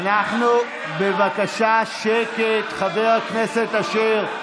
אנחנו, בבקשה שקט, חבר הכנסת אשר.